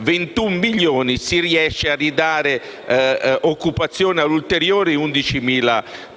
21 milioni, riescano a ridare occupazione a ulteriori 11.000